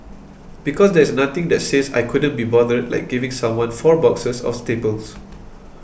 because there is nothing that says I couldn't be bothered like giving someone four boxes of staples